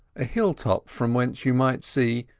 a hill-top from whence you might see,